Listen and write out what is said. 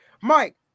Mike